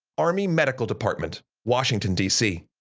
army medical department, washington, dc.